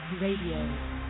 Radio